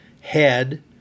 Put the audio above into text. head